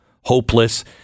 hopeless